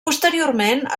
posteriorment